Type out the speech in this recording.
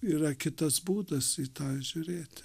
yra kitas būdas į tą žiūrėti